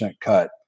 cut